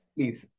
Please